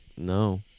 No